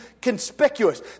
conspicuous